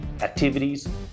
activities